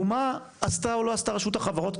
הוא מה עשתה או לא עשתה רשות החברות,